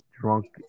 drunk